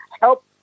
help